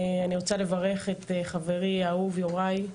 אני רוצה לברך את חברי האהוב יוראי,